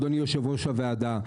אדוני יו"ר הוועדה: